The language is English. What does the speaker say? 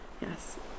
yes